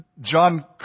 John